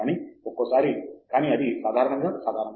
కానీ ఒక్కోసారి కానీ అది సాధారణంగా సాధారణం